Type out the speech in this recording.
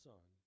Son